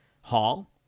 Hall